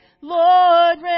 Lord